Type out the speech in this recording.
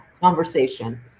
conversation